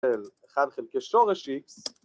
‫אחד חלקי שורש איקס.